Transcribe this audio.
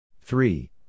three